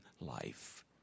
life